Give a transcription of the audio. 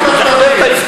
כך אמר,